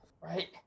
Right